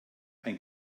ein